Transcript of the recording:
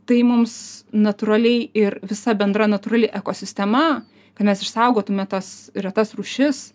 tai mums natūraliai ir visa bendra natūrali ekosistema kad mes išsaugotume tas retas rūšis